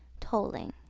tolling.